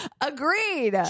agreed